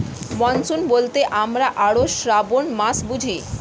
monsoon বলতে আমরা আষাঢ়, শ্রাবন মাস বুঝি